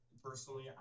Personally